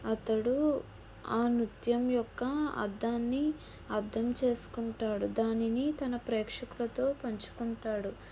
అతడు ఆ నృత్యం యొక్క అర్ధాన్ని అర్థం చేసుకుంటాడు దానిని తన ప్రేక్షకులతో పంచుకుంటాడు